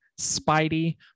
Spidey